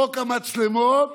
חוק המצלמות,